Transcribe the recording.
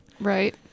Right